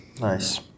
Nice